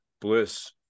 bliss